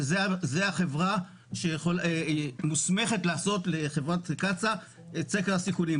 שזאת החברה שמוסמכת לעשות לחברת קצא"א את סקר הסיכונים.